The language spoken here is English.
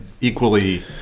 equally